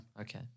Okay